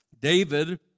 David